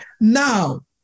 Now